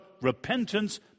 repentance